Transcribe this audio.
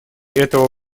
этого